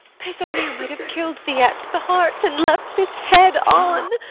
pisanio might have kill'd thee at the heart, and left this head on.